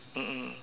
mm mm